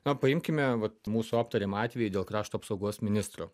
na paimkime vat mūsų aptariamu atveju dėl krašto apsaugos ministro